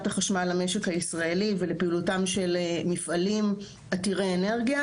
החשמל למשק הישראלי ולפעילותם של מפעלים עתירי אנרגיה.